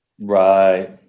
Right